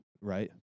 right